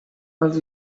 els